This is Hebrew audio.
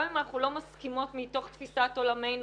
אם אנחנו לא מסכימות מתוך תפיסת עולמנו,